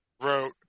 wrote